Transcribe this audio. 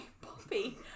Poppy